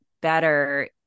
better